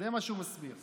זה מה שהוא מסביר.